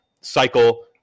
cycle